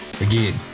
again